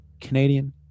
Canadian